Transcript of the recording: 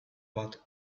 bat